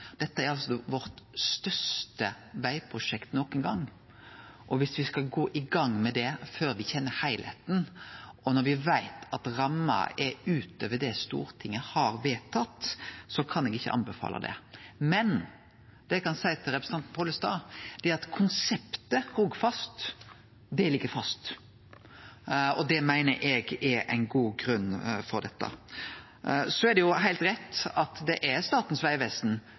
Dette er altså det største vegprosjektet vårt nokon gong, og at me skal gå i gang med det før me kjenner heilskapen, og når me veit at ramma er ut over det Stortinget har vedtatt, kan eg ikkje anbefale. Men det eg kan seie til representanten Pollestad, er at konseptet Rogfast, det ligg fast. Og det meiner eg er ein god grunn for dette. Det er jo heilt rett at det er Statens vegvesen